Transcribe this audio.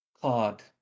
Claude